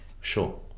sure